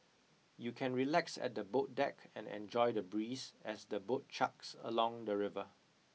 you can relax at the boat deck and enjoy the breeze as the boat chugs along the river